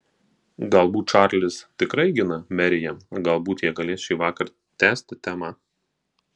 galbūt čarlis tikrai gina meriją galbūt jie galės šįvakar tęsti temą